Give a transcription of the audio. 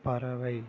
பறவை